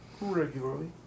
Regularly